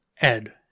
Ed